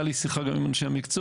הייתה לי שיחה גם עם אנשי המקצוע.